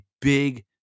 big